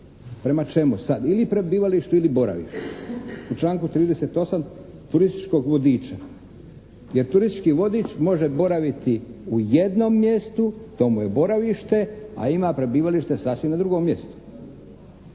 Prema čemu sad ili prebivalištu ili boravištu. U članku 38. Turističkog vodiča jer turistički vodič može boraviti u jednom mjestu, to mu je boravište, a ima prebivalište sasvim na drugom mjestu.